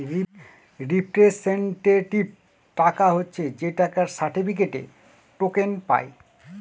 representative টাকা হচ্ছে যে টাকার সার্টিফিকেটে, টোকেন পায়